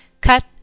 Cut